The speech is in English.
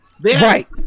Right